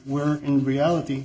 were in reality